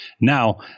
Now